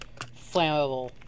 flammable